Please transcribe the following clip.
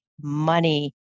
money